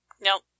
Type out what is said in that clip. Nope